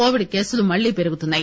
Covid కేసులు మళ్లీ పెరుగుతున్నాయి